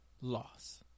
loss